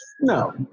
No